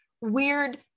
weird